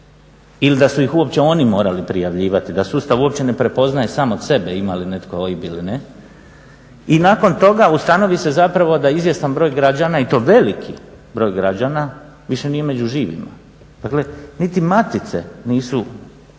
ili da su ih uopće oni morali prijavljivati, da sustav uopće ne prepoznaje samog sebe ima li netko OIB ili ne. I nakon toga ustanovi se zapravo da izvjestan broj građana, i to veliki broj građana, više nije među živima. Dakle, niti matice nisu